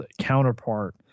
counterpart